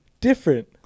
different